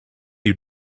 you